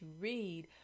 read